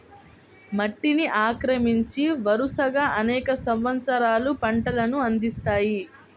మట్టిని ఆక్రమించి, వరుసగా అనేక సంవత్సరాలు పంటలను అందిస్తాయి